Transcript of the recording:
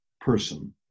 person